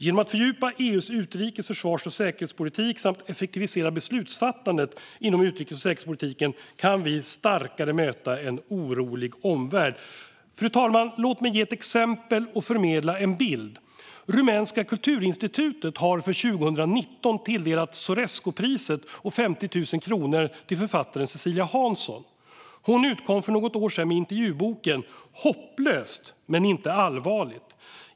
Genom att fördjupa EU:s utrikes, försvars och säkerhetspolitik samt effektivisera beslutsfattandet inom utrikes och säkerhetspolitiken kan vi starkare möta en orolig omvärld. Fru talman! Låt mig ge ett exempel och förmedla en bild. Rumänska kulturinstitutet har för 2019 tilldelat författaren Cecilia Hansson Sorescupriset och 50 000 kronor. Hon utkom för något år sedan med intervjuboken Hopplöst, men inte allvarligt .